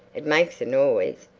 it makes a noise.